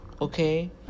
okay